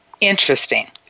Interesting